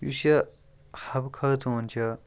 یُس یہِ حَبہٕ خاتون چھِ